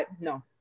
No